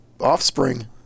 offspring